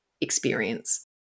experience